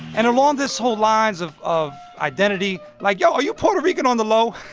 and along this whole lines of of identity, like, yo, are you puerto rican on the low?